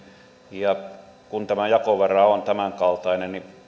ja kun tämä jakovara on tämänkaltainen niin